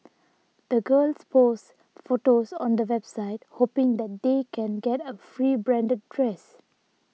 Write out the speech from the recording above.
the girls posts photos on a website hoping that they can get a free branded dress